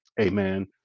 Amen